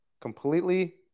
completely